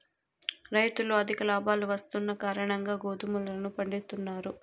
రైతులు అధిక లాభాలు వస్తున్న కారణంగా గోధుమలను పండిత్తున్నారు